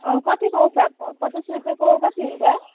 कतिको पचास रुपियाँको कति हुन्छ